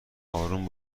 آروم